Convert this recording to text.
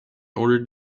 order